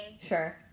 Sure